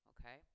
Okay